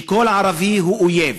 שכל ערבי הוא אויב,